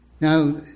Now